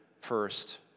first